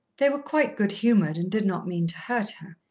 they were quite good-humoured, and did not mean to hurt her.